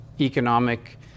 economic